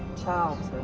child